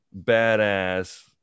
badass